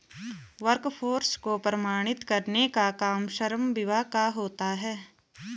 workforce को प्रमाणित करने का काम श्रम विभाग का होता है